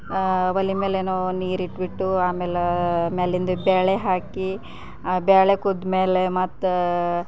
ಒಲೆ ಮೇಲೆಯೂ ನೀರು ಇಟ್ಬಿಟ್ಟು ಆಮೇಲೆ ಮೇಲಿಂದ ಬೇಳೆ ಹಾಕಿ ಆ ಬೇಳೆ ಕುದ್ದಮೇಲೆ ಮತ್ತು